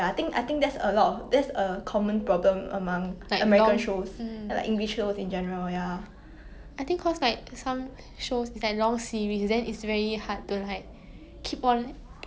it is true lah 他们真的是 drag 很久很久 but maybe 因为 like cause 我不是 like 韩国人 so 有些韩国戏我不明白他们的 joke